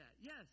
Yes